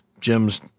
Jim's